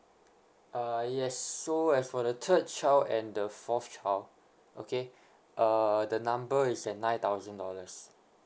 uh yes so as for the third child and the fourth child okay uh the number is at nine thousand dollars